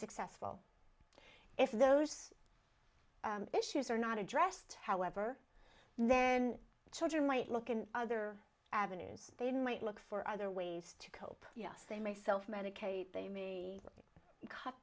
successful if those issues are not addressed however then children might look in other avenues they might look for other ways to cope yes they may self medicate they may cut